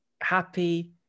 happy